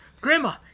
Grandma